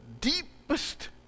deepest